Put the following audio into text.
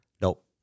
Nope